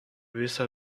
visą